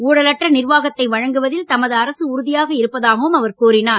ஊழலற்ற நிர்வாகத்தை வழங்குவதில் தமது அரசு உறுதியாக இருப்பதாகவும் அவர் கூறினார்